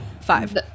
five